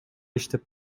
иштеп